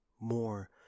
more